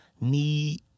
need